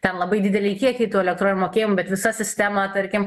ten labai dideli kiekiai to elektroninių mokėjimų bet visa sistema tarkim